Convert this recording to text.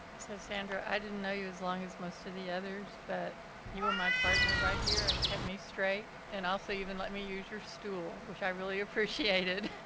so sandra, i didn't know you as long as most of the others but you were my partner right here and kept me straight, and also you even let me use your stool which i really appreciated